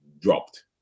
dropped